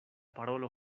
parolo